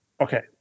Okay